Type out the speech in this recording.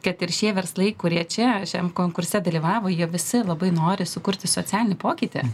kad ir šie verslai kurie čia šiam konkurse dalyvavo jie visi labai nori sukurti socialinį pokytį